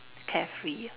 carefree